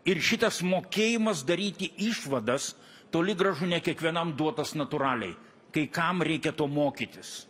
ir šitas mokėjimas daryti išvadas toli gražu ne kiekvienam duotas natūraliai kai kam reikia to mokytis